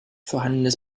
vorhandenes